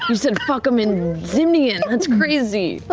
um said fuck him in zemnian. that's crazy! but